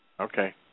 Okay